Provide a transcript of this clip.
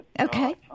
Okay